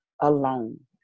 alone